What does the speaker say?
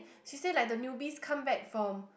she say like the newbies come back from